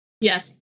Yes